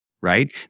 right